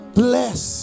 bless